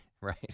right